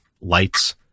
lights